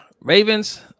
Ravens